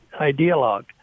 ideologue